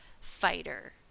fighter